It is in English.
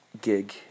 Gig